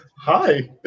Hi